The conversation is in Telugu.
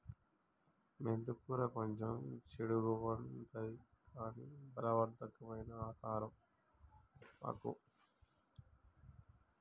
మెంతి కూర కొంచెం చెడుగుంటది కని బలవర్ధకమైన ఆకు